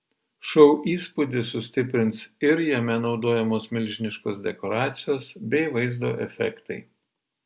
šou įspūdį sustiprins ir jame naudojamos milžiniškos dekoracijos bei vaizdo efektai